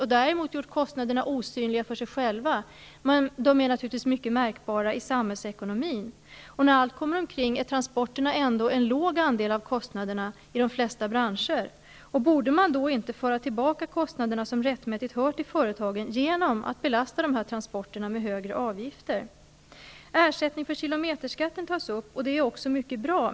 Därmed har de gjort kostnaderna osynliga för sig själva, men de är naturligtvis mycket märkbara i samhällsekonomin. När allt kommer omkring utgör transporterna ändå en låg andel av kostnaderna i de flesta branscher. Borde man inte då föra tillbaka de kostnader som rättmätigt hör till företagen, genom att belasta transporterna med högre avgifter? Ersättning för kilometerskatten tas upp. Det är också mycket bra.